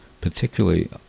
particularly